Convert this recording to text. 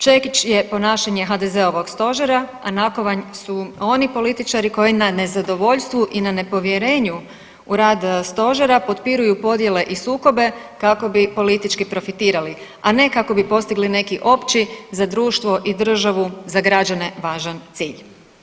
Čekić je ponašanje HDZ-ovog stožera, a nakovanj su oni političari koji na nezadovoljstvu i na nepovjerenju u rad stožera potpiruju podjele i sukobe kako bi politički profitirali, a ne kako bi postigli neki opći za društvo i državu za građane važan cilj.